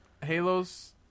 Halo's